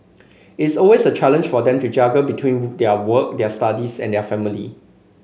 it's always a challenge for them to juggle between their work their studies and their family